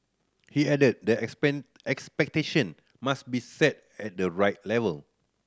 he added that expectation must be set at the right level